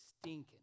stinking